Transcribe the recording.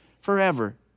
forever